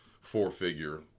four-figure